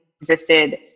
existed